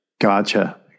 Gotcha